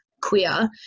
queer